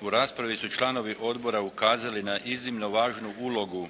U raspravi su članovi odbora ukazali na iznimno važnu ulogu